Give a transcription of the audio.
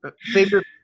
Favorite